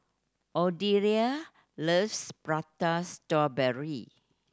Odelia loves Prata Strawberry